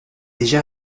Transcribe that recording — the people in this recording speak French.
déjà